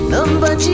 Number